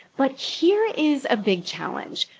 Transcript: but here is a big challenge.